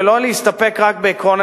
ולא להסתפק רק בעיקרון,